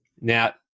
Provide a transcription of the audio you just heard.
now